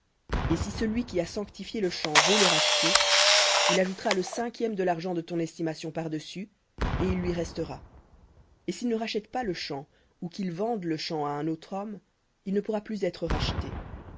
et si celui qui a sanctifié le champ veut le racheter il ajoutera le cinquième de l'argent de ton estimation par-dessus et il lui restera et s'il ne rachète pas le champ ou qu'il vende le champ à un autre homme il ne pourra plus être racheté